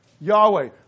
Yahweh